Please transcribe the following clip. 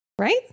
right